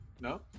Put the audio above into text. No